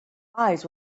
eyes